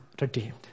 redeemed